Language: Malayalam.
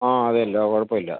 ആ അതേലോ കുഴപ്പമില്ല